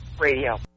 Radio